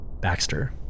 Baxter